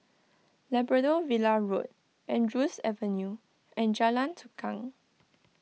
Labrador Villa Road Andrews Avenue and Jalan Tukang